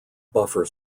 buffer